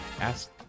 ask